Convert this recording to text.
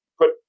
put